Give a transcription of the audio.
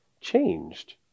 changed